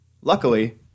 Luckily